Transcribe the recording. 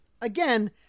Again